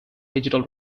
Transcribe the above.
digital